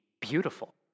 beautiful